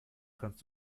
kannst